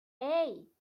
hey